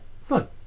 fun